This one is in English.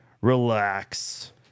relax